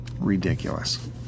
Ridiculous